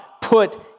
put